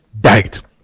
died